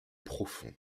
profond